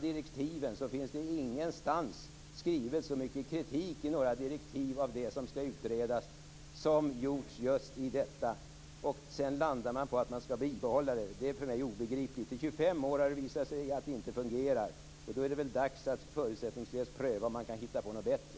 Det finns ingenstans så mycket kritik skriven i direktiven för det som skall utredas som just i detta fall. Sedan landar man på att man skall bibehålla allt. Det är för mig obegripligt. Det har i 25 år visat sig att det inte fungerar. Då är det väl dags att pröva om man kan hitta på något bättre.